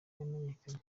yamenyekanye